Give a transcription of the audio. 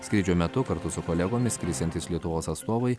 skrydžio metu kartu su kolegomis skrisiantys lietuvos atstovai